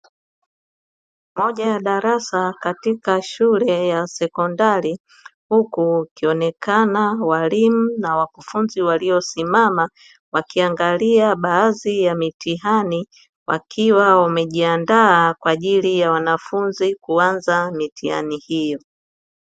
Moja ya darasa katika shule ya sekondari, huku kukionekana walimu na wakufunzi waliosimama wakiangalia baadhi ya mitihani, wakiwa wamejiandaa kwa ajili ya wanafunzi kuanza mitihani hiyo.